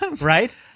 right